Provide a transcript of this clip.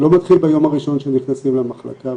זה לא מתחיל ביום הראשון שנכנסים למחלקה,